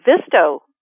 Visto